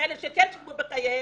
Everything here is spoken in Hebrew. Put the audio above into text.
וכאלה שכן שילמו בחייהם,